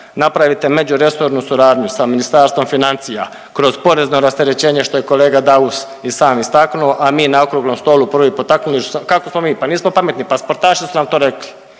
napravite međuresornu suradnju sa Ministarstvom financija, kroz porezno rasterećenje, što je kolega Daus i sam istaknuo, a mi na okruglom stolu prvi potaknuli .../nerazumljivo/... kako smo mi, pa nismo pametni, pa sportaši su nam to rekli